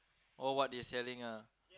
or what they selling ah